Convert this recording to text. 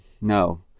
no